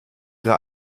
ihre